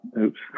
oops